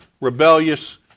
rebellious